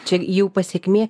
čia jau pasekmė